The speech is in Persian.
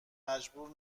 مجبور